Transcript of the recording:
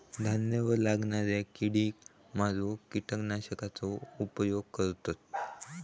धान्यावर लागणाऱ्या किडेक मारूक किटकनाशकांचा उपयोग करतत